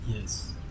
yes